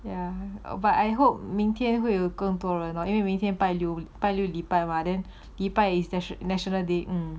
ya but I hope 明天会有更多人因为明天拜六礼拜天吗 then 礼拜 is national national day